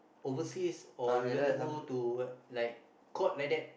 overseas or you want to go to what like court like that